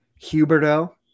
Huberto